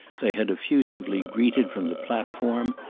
they had effusively greeted from the platform,